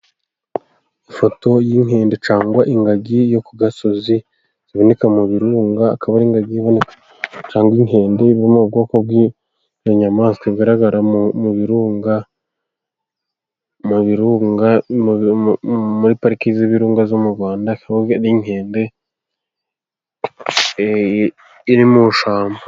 Ifoto y'inkende cyangwa ingagi yo ku gasozi, iboneka mu birunga akaba ari ingagi cyangwa inkende yo mu bwoko bw'inyamaswa, igaragara mu birunga muri pariki z'ibirunga zo mu Rwanda, n'inkende iri mu ishamba.